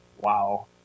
Wow